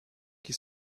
qui